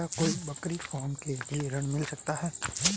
क्या कोई बकरी फार्म के लिए ऋण मिल सकता है?